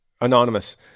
Anonymous